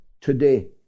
today